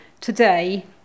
Today